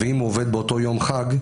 ואם הוא עובד באותו יום חג,